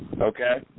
Okay